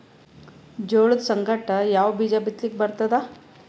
ಜೋಳದ ಸಂಗಾಟ ಯಾವ ಬೀಜಾ ಬಿತಲಿಕ್ಕ ಬರ್ತಾದ?